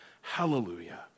hallelujah